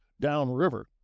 downriver